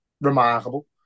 remarkable